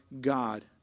God